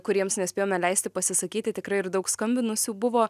kuriems nespėjome leisti pasisakyti tikrai ir daug skambinusių buvo